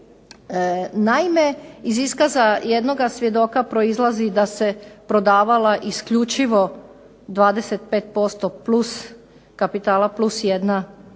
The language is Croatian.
Naime iz iskaza jednoga svjedoka proizlazi da se prodavala isključivo 25% kapitala plus jedna dionica,